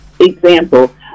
example